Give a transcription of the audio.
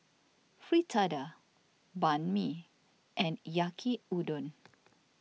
Fritada Banh Mi and Yaki Udon